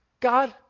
God